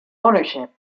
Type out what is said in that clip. ownership